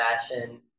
Fashion